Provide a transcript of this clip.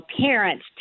parents